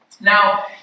now